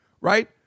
right